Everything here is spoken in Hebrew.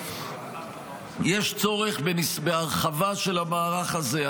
יש צורך בהרחבה של המהלך הזה.